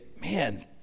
man